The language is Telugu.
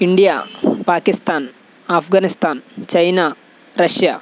India Pakistan Afghanistan China Russia